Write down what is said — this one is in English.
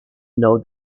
know